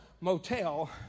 motel